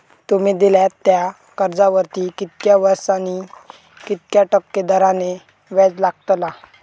तुमि दिल्यात त्या कर्जावरती कितक्या वर्सानी कितक्या टक्के दराने व्याज लागतला?